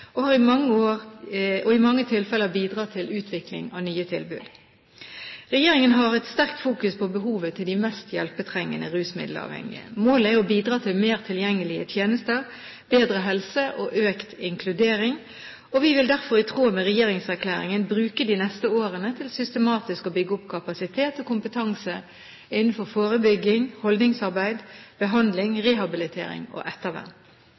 og i mange tilfeller bidratt til utvikling av nye tilbud. Regjeringen har et sterkt fokus på behovet til de mest hjelpetrengende rusmiddelavhengige. Målet er å bidra til mer tilgjengelige tjenester, bedre helse og økt inkludering, og vi vil derfor i tråd med regjeringserklæringen bruke de neste årene til systematisk å bygge opp kapasitet og kompetanse innenfor forebygging, holdningsarbeid, behandling, rehabilitering og ettervern.